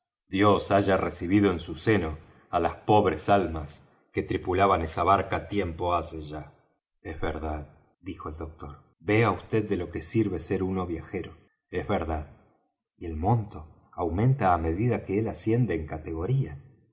dios haya recibido en su seno á las pobres almas que tripulaban esa barca tiempo hace ya es verdad dijo el doctor vea vd de lo que sirve ser uno viajero es verdad y el monto aumenta á medida que él asciende en categoría